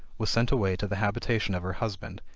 was sent away to the habitation of her husband,